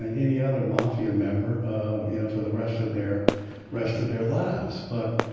and any other mafia member ah you know for the rest of their rest of their lives. but